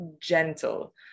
gentle